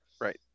Right